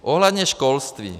Ohledně školství.